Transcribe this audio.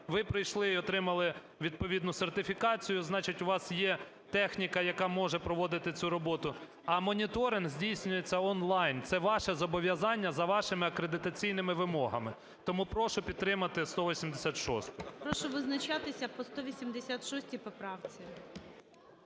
ви прийшли й отримали відповідну сертифікацію, значить у вас є техніка, яка може проводити цю роботу, моніторинг здійснюється онлайн. Це ваше зобов'язання за вашими акредитаційними вимогами. Тому прошу підтримати 186-у. ГОЛОВУЮЧИЙ. Прошу визначатися по 186 поправці.